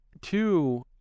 two